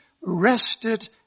rested